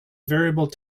variable